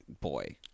boy